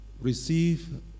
receive